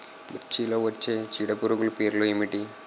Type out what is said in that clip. మిర్చిలో వచ్చే చీడపురుగులు పేర్లు ఏమిటి?